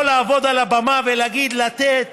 לעמוד פה על הבמה ולהגיד "לתת",